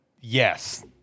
Yes